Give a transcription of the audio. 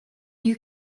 you